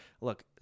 Look